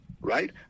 right